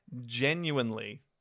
genuinely